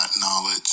knowledge